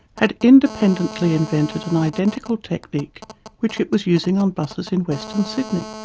had independently invented an identical technique which it was using on buses in western sydney.